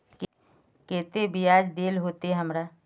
केते बियाज देल होते हमरा?